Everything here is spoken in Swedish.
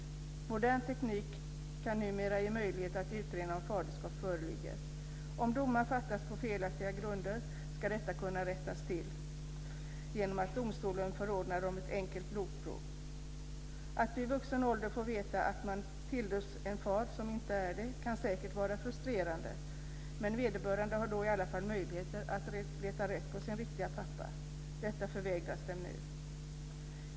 Modern teknik kan numera ge möjlighet att utröna om faderskap föreligger. Om domar fattas på felaktiga grunder, ska detta kunna rättas till genom att domstolen förordnar om ett enkelt blodprov. Att vid vuxen ålder få veta att den som tilldömts vara ens far inte är det kan säkert vara frustrerande, men vederbörande har då i alla fall möjlighet att leta efter sin riktiga pappa. Detta förvägras dem nu.